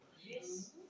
Yes